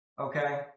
okay